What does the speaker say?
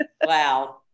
wow